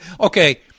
okay